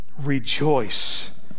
Rejoice